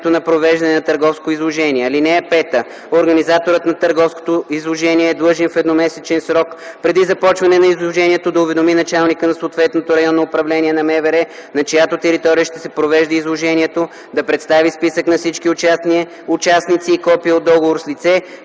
на провеждане на търговско изложение. (5) Организаторът на търговското изложение е длъжен в едномесечен срок преди започване на изложението да уведоми началника на съответното Районно управление на МВР, на чиято територия ще се провежда изложението, да представи списък на всички участници и копие от договор с лице,